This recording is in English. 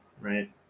right